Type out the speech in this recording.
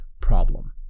problem